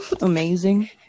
Amazing